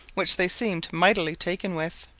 which they seemed mightily taken with,